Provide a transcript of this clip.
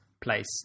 place